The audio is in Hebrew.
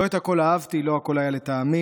לא את הכול אהבתי, לא הכול היה לטעמי,